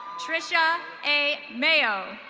trisha a mayo.